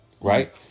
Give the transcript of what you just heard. Right